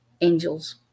angels